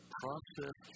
process